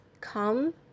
come